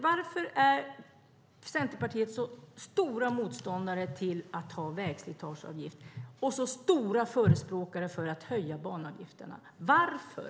Varför är Centerpartiet en så stor motståndare till att ha vägslitageavgift och så stor förespråkare av att höja banavgifterna? Varför?